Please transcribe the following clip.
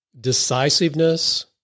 Decisiveness